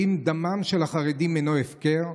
האם דמם של החרדים הינו הפקר?